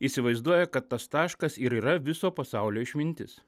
įsivaizduoja kad tas taškas ir yra viso pasaulio išmintis